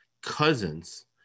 cousins